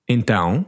Então